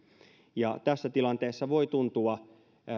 tässä tilanteessa voi tuntua